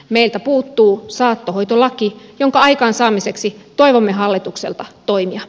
meiltä puuttuu saattohoitolaki jonka aikaansaamiseksi toivomme hallitukselta toimia